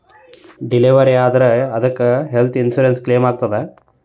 Delivery ಆದ್ರ ಅದಕ್ಕ health insurance ಕ್ಲೇಮಾಗ್ತದ?